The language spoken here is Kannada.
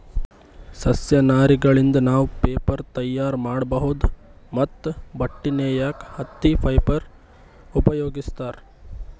ಸಸ್ಯ ನಾರಗಳಿಂದ್ ನಾವ್ ಪೇಪರ್ ತಯಾರ್ ಮಾಡ್ಬಹುದ್ ಮತ್ತ್ ಬಟ್ಟಿ ನೇಯಕ್ ಹತ್ತಿ ಫೈಬರ್ ಉಪಯೋಗಿಸ್ತಾರ್